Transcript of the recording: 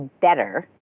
better